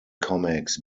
comics